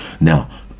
now